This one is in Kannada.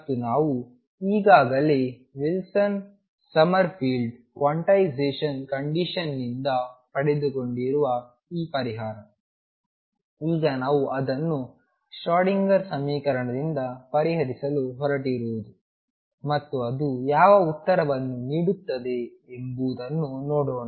ಮತ್ತು ನಾವು ಈಗಾಗಲೇ ವಿಲ್ಸನ್ ಸಮ್ಮರ್ಫೀಲ್ಡ್ ಕ್ವಾಂಟೈಸೇಶನ್ ಕಂಡೀಶನ್ನಿಂದ ಪಡೆದುಕೊಂಡಿರುವ ಈ ಪರಿಹಾರ ಈಗ ನಾವು ಅದನ್ನು ಶ್ರೊಡಿಂಗರ್Schrödinger ಸಮೀಕರಣದಿಂದ ಪರಿಹರಿಸಲು ಹೊರಟಿರುವುದು ಮತ್ತು ಅದು ಯಾವ ಉತ್ತರವನ್ನು ನೀಡುತ್ತದೆ ಎಂಬುದನ್ನು ನೋಡೋಣ